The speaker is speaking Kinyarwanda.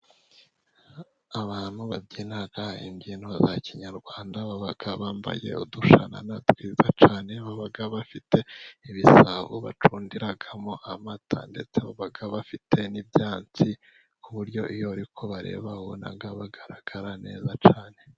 Abantu babyina imbyino za kinyarwanda baba bambaye udushanana twiza cyane, baba bafite ibisabo bacundiramo amata ndetse baba bafite n'ibyansi ku buryo iyo uri kubareba, ubona bagaragara neza cyane.